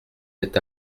est